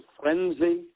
frenzy